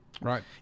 right